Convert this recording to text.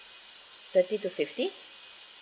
thirty to fifty